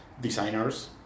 designers